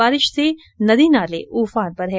बारिश से नदी नाले उफान पर हैं